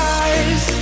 eyes